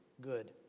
good